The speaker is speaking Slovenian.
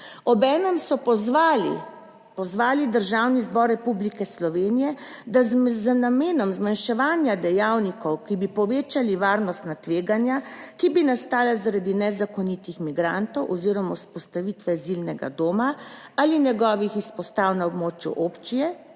pozvali, pozvali Državni zbor Republike Slovenije, da z namenom zmanjševanja dejavnikov, ki bi povečali varnostna tveganja, ki bi nastala zaradi nezakonitih migrantov oziroma vzpostavitve azilnega doma ali njegovih izpostav na območju občine,